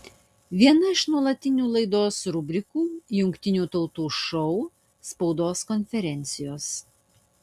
viena iš nuolatinių laidos rubrikų jungtinių tautų šou spaudos konferencijos